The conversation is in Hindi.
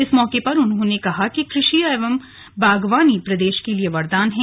इस मौके पर उन्होंने कहा कि कृषि और बागवानी प्रदेश के लिए वरदान है